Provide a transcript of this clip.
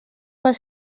per